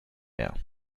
mehr